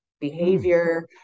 behavior